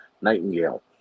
Nightingale